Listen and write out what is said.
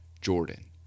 Jordan